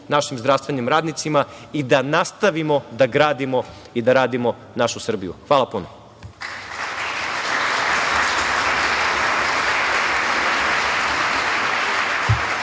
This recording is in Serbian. našim zdravstvenim radnicima i da nastavimo da radimo i da gradimo našu Srbiju. Hvala puno.